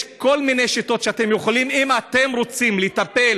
יש כל מיני שיטות שאתם יכולים, אם אתם רוצים, לטפל